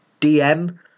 DM